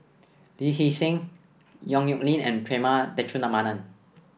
Lee Hee Seng Yong Nyuk Lin and Prema Letchumanan